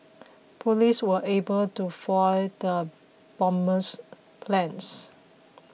police were able to foil the bomber's plans